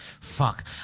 fuck